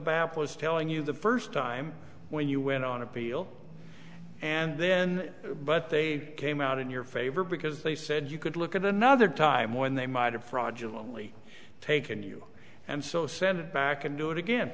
was telling you the first time when you went on appeal and then but they came out in your favor because they said you could look at another time when they might have fraudulent only taken you and so send it back and do it again